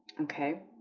okay